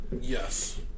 Yes